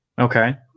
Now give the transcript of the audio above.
Okay